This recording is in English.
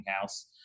house